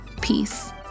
Peace